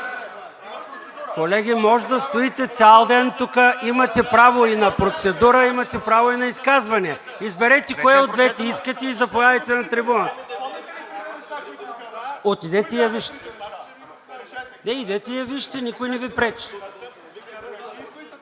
Колеги, можете да стоите цял ден тук, имате право и на процедура, имате право и на изказване. Изберете кое от двете искате и заповядайте на трибуната. (Реплики: „Искаме стенограмата.“) Отидете и я вижте, никой не Ви пречи.